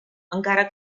encara